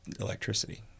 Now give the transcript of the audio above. electricity